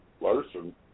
Larson